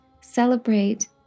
celebrate